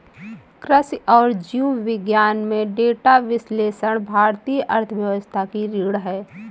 कृषि और जीव विज्ञान में डेटा विश्लेषण भारतीय अर्थव्यवस्था की रीढ़ है